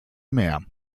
meer